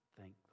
Thank